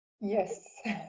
yes